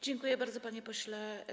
Dziękuję bardzo, panie pośle.